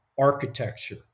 architecture